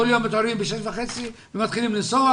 כל יום מתעוררים ב-06:30 ומתחילים לנסוע